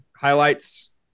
highlights